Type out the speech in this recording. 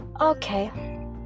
Okay